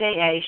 AA